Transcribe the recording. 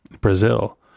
Brazil